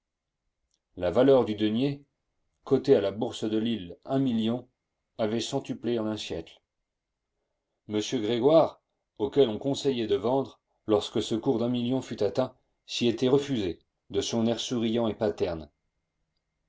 la valeur du denier coté à la bourse de lille un million avait centuplé en un siècle m grégoire auquel on conseillait de vendre lorsque ce cours d'un million fut atteint s'y était refusé de son air souriant et paterne